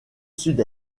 sud